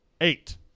Eight